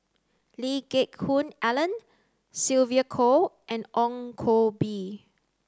Lee Geck Hoon Ellen Sylvia Kho and Ong Koh Bee